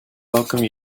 welcome